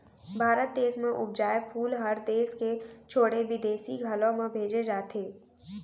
भारत देस म उपजाए फूल हर देस के छोड़े बिदेस घलौ म भेजे जाथे